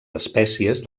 espècies